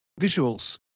visuals